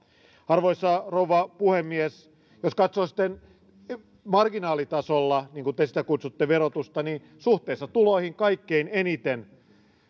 arvoisa rouva puhemies jos sitten katsoo verotusta marginaalitasolla niin kuin te sitä kutsutte niin kaikkein eniten